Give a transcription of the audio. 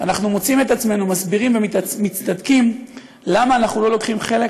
אנחנו מוצאים את עצמנו מסבירים ומצטדקים למה אנחנו לא לוקחים חלק,